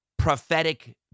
prophetic